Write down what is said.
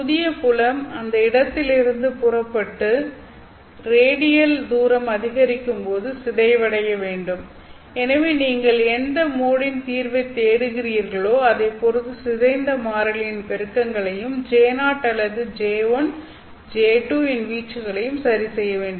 புதிய புலம் அந்த இடத்திலிருந்து புறப்பட்டு ரேடியல் தூரம் அதிகரிக்கும்போது சிதைவடைய வேண்டும் எனவே நீங்கள் எந்த மோடின் தீர்வைப் தேடுகிறீர்களோ அதை பொருத்து சிதைந்த மாறிலியின் பெருக்கங்களையும் J0 அல்லது J1 J2 இன் வீச்சுகளையும் சரிசெய்ய வேண்டும்